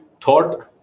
thought